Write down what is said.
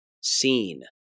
seen